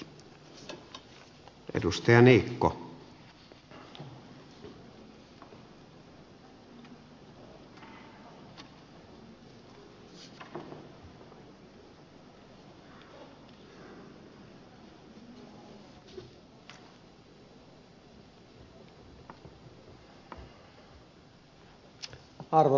arvoisa puhemies